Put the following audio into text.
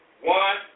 one